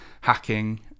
hacking